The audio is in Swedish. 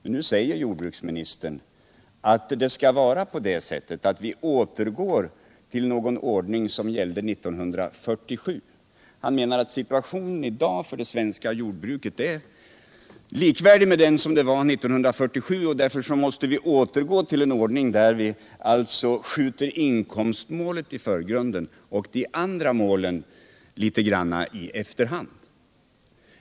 Men nu säger jordbruksministern att man skall återgå till en ordning som gällde 1947. Han menar att situationen i dag för svenskt jordbruk är likvärdig med det läge som rådde 1947. Därför måste man återgå till en ordning, där man alltså skjuter inkomstmålet i förgrunden och de andra målen litet i bakgrunden.